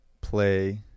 play